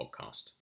podcast